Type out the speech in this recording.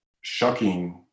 shocking